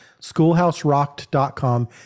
schoolhouserocked.com